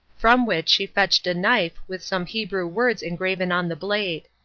from which she fetched a knife with some hebrew words engraven on the blade.